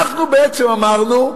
אנחנו בעצם אמרנו: